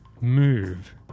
Move